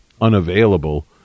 unavailable